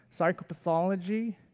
psychopathology